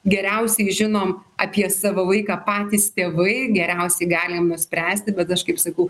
geriausiai žinom apie savo vaiką patys tėvai geriausiai galima spręsti bet aš kaip sakau